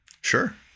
Sure